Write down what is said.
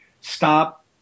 stop